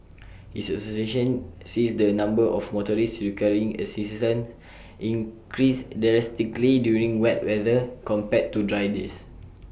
his association sees the number of motorists requiring assistance increase drastically during wet weather compared to dry days